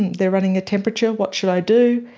they're running a temperature, what should i do?